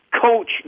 coach